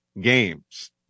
games